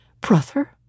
Brother